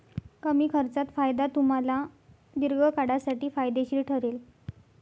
कमी खर्चात फायदा तुम्हाला दीर्घकाळासाठी फायदेशीर ठरेल